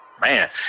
Man